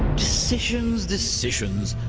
decisions, decisions.